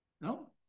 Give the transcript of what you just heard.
No